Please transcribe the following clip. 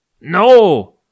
No